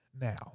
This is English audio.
Now